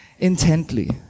Intently